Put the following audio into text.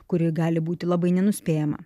kuri gali būti labai nenuspėjama